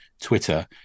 Twitter